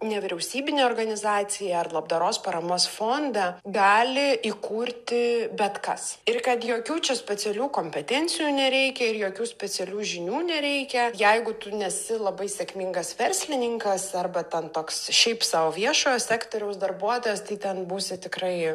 nevyriausybinę organizaciją ar labdaros paramos fondą gali įkurti bet kas ir kad jokių čia specialių kompetencijų nereikia ir jokių specialių žinių nereikia jeigu tu nesi labai sėkmingas verslininkas arba ten toks šiaip sau viešojo sektoriaus darbuotojas tai ten būsi tikrai